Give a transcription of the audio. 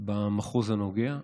במחוז הנוגע,